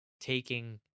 taking